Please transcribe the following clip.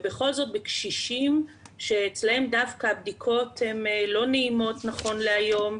ובכל זאת בקשישים שאצלם דווקא הבדיקות הן לא נעימות נכון להיום,